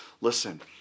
Listen